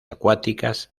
acuáticas